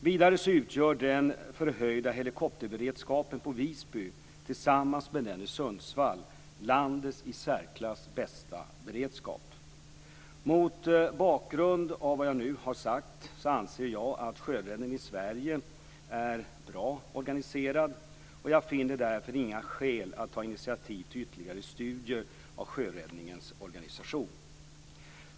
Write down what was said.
Vidare utgör den förhöjda helikopterberedskapen på Visby, tillsammans med den i Sundsvall, landets i särklass bästa beredskap. Mot bakgrund av vad jag nu har sagt, anser jag att sjöräddningen i Sverige är bra organiserad. Jag finner därför inte skäl att ta initiativ till ytterligare studier av sjöräddningens organisation.